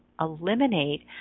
Eliminate